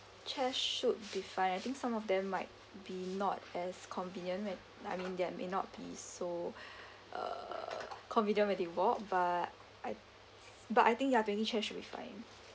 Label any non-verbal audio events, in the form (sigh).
chairs should be fine I think some of them might be not as convenient when I mean they may not be so (breath) uh convenient when they walk but I but I think ya twenty chairs should be fine